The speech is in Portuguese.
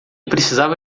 precisava